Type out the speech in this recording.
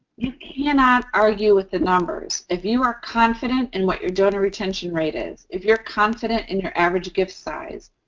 you cannot argue with the numbers. if you are confident with what your donor retention rate is, if you're confident in your average gift size,